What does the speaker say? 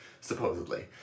supposedly